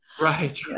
Right